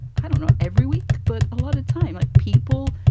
i don't know every week, but a lot of time, like people,